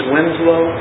Winslow